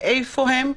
מאיפה הם,